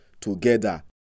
together